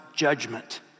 judgment